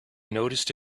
noticed